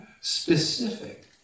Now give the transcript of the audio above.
specific